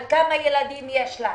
על כמה ילדים יש להם.